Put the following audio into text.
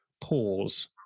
pause